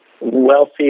wealthy